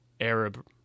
Arab